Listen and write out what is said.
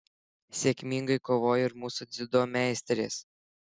sėkmingai kovojo ir mūsų dziudo meistrės